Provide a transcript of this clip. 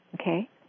Okay